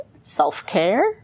self-care